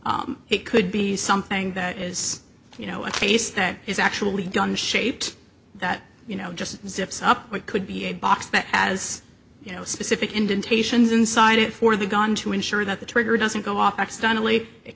it could be something that is you know a case that is actually done shaped that you know just zips up what could be a box that has you know specific indentations inside it for the gun to ensure that the trigger doesn't go off